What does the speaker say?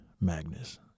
Magnus